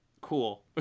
Cool